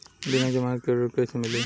बिना जमानत के ऋण कैसे मिली?